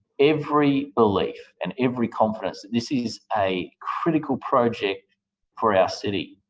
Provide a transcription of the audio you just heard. every belief and every confidence that this is a critical project for our city.